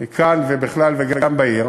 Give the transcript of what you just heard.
כאן ובכלל, וגם בעיר.